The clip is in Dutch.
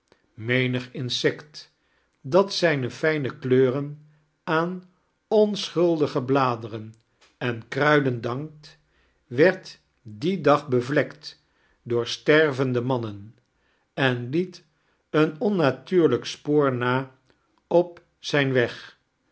menig insect dat zijne fijae kleuren aan onschuldige bladenen en kruiden dankt werd dien dag bevlekt door stervende manrnen en liet een onnatuurlijk spoor na op zijn weg